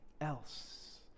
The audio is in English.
else